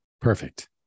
Perfect